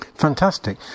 Fantastic